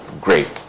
Great